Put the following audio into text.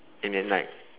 and then like